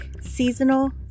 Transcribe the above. seasonal